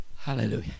Hallelujah